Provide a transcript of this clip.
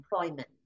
employment